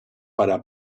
para